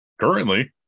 Currently